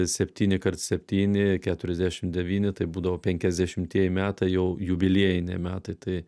septyni kart septyni keturiasdešimt devyni tai būdavo penkiasdešimtieji metai jau jubiliejiniai metai tai